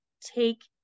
take